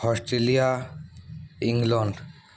Australia England